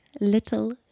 Little